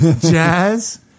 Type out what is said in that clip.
jazz